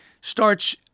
starts